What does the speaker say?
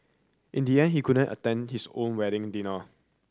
in the end he couldn't attend his own wedding dinner